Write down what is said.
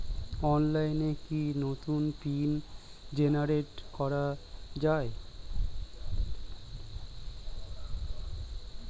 অনলাইনে কি নতুন পিন জেনারেট করা যায়?